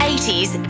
80s